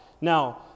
Now